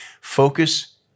Focus